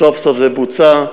סוף-סוף זה בוצע.